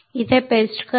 इथे पेस्ट करा